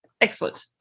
Excellent